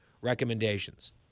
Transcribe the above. recommendations